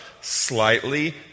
Slightly